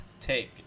take